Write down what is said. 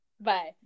Bye